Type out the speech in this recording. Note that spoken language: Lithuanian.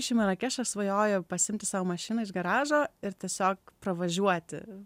aš į marakešą svajoju pasiimti savo mašiną iš garažo ir tiesiog pravažiuoti